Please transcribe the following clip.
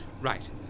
Right